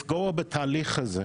לפגוע בתהליך הזה,